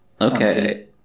Okay